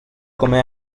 come